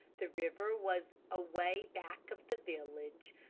the river was away back of the village.